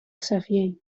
xavier